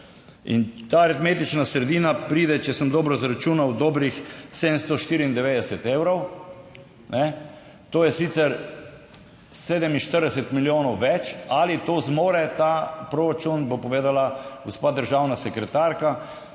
ta razmetična sredina pride, če sem dobro izračunal, dobrih 794 evrov, kajne, to je sicer 47 milijonov več, ali to zmore ta proračun, bo povedala gospa državna sekretarka